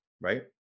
right